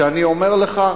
שאני אומר לך,